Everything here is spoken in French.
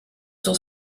sont